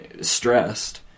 stressed